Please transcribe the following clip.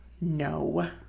no